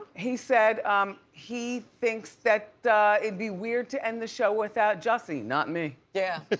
he said um he thinks that it'd be weird to end the show without jussie. not me. yeah,